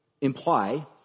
imply